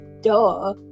duh